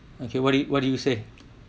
okay what do you what do you say